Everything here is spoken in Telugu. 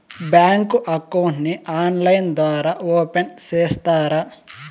బ్యాంకు అకౌంట్ ని ఆన్లైన్ ద్వారా ఓపెన్ సేస్తారా?